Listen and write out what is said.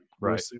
Right